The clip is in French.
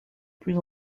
plus